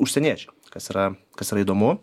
užsieniečiai kas yra kas yra įdomu